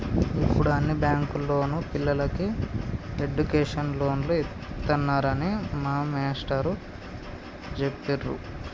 యిప్పుడు అన్ని బ్యేంకుల్లోనూ పిల్లలకి ఎడ్డుకేషన్ లోన్లు ఇత్తన్నారని మా మేష్టారు జెప్పిర్రు